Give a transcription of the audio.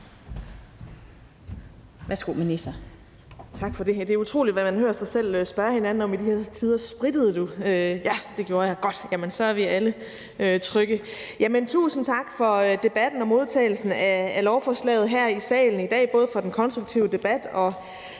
Tak for det. Det er utroligt, hvad vi hører hinanden spørge om i de her tider: Sprittede du? Ja, det gjorde jeg. Godt, så er vi alle trygge! Tusind tak for debatten og modtagelsen af lovforslaget her i salen i dag, både for den konstruktive debat og